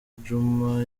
djuma